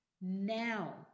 Now